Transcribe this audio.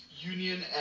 union